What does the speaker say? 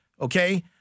okay